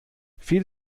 viele